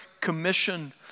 Commission